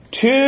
two